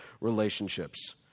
relationships